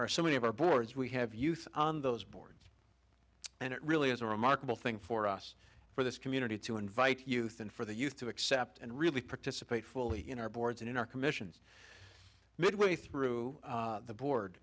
prevert so many of our boards we have youth on those boards and it really is a remarkable thing for us for this community to invite youth and for the youth to accept and really participate fully in our boards and in our commissions midway through the board